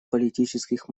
политических